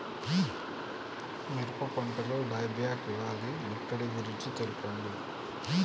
మిరప పంటలో die back వ్యాధి ముట్టడి గురించి తెల్పండి?